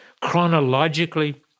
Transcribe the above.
Chronologically